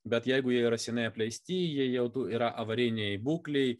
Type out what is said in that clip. bet jeigu jie yra seniai apleisti jie jau yra avarinėj būklėj